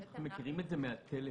אנחנו מכירים את זה מ"טלקום",